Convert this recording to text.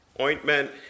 Ointment